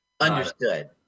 Understood